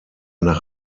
nach